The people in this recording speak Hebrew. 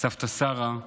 סבתא שרה,